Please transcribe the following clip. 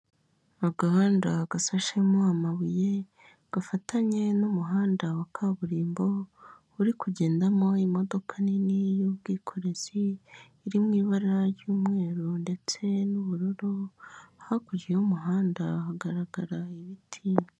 Agahanda gasashemo amabuye gafatanye n'umuhanda wa kaburimbo uri kugendamo imodoka nini y'ubwikorezi irimu ibara ry'umweru ndetse n'ubururu, hakurya y'umuhanda hagaragara ibiti.